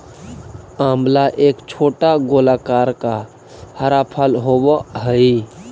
आंवला एक छोटा गोलाकार का हरा फल होवअ हई